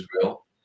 israel